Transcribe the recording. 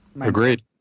Agreed